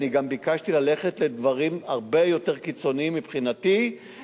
אני גם ביקשתי ללכת לדברים הרבה יותר קיצוניים מבחינתי,